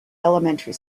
elementary